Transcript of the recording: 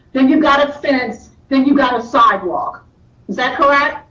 then you've got a fence, then you got a sidewalk. is that correct?